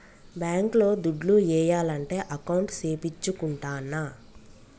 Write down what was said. bank లో దుడ్లు ఏయాలంటే అకౌంట్ సేపిచ్చుకుంటాన్న